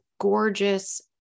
gorgeous